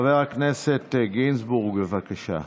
חבר הכנסת גינזבורג, בבקשה.